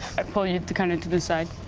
i pull you to kind of to the side.